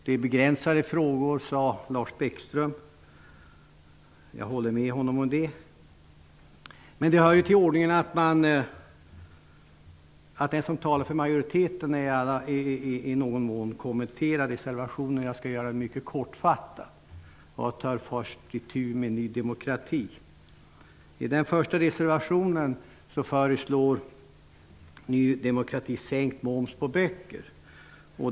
Det gäller begränsade frågor, sade Lars Bäckström, och jag håller med honom om det. Men det hör till ordningen att den som talar för majoriteten i någon mån kommenterar reservationerna. Jag skall göra det mycket kortfattat och tar först itu med Ny demokratis fyra reservationer. I den första reservationen föreslår Ny demokrati sänkt moms på böcker.